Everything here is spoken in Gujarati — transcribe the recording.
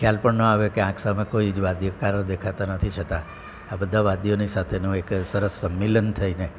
ખ્યાલ પણ ના આવે કે આંખ સામે કોઈ જ વાદીઓ દેખાતા નથી છતાં આ બધા વાદીઓની સાથેનો એક સરસ સંમેલન થઈને